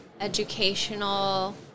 educational